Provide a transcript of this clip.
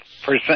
percent